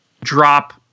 drop